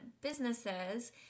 businesses